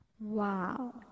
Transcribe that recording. Wow